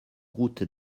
route